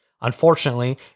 Unfortunately